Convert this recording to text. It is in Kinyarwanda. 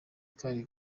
kari